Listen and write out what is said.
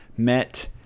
met